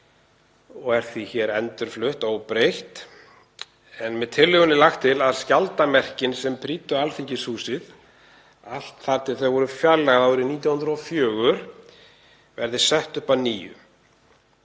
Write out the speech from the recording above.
og er því endurflutt óbreytt. Með tillögunni er lagt til að skjaldarmerkin sem prýddu Alþingishúsið allt þar til þau voru fjarlægð árið 1904 verði sett upp að nýju.